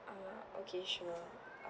uh okay sure